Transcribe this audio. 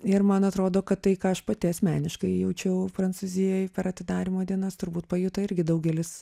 ir man atrodo kad tai ką aš pati asmeniškai jaučiau prancūzijoj per atidarymo dienas turbūt pajuto irgi daugelis